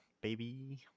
baby